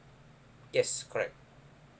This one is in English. yes correct